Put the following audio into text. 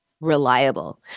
reliable